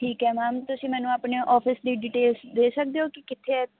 ਠੀਕ ਹੈ ਮੈਮ ਤੁਸੀਂ ਮੈਨੂੰ ਆਪਣੇ ਔਫ਼ਿਸ ਦੀ ਡੀਟੇਲਸ ਦੇ ਸਕਦੇ ਹੋ ਕਿ ਕਿੱਥੇ ਹੈ